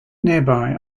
nearby